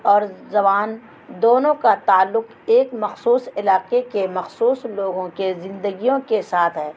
اور زبان دونوں کا تعلق ایک مخصوص علاقے کے مخصوص لوگوں کے زندگیوں کے ساتھ ہے